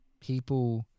people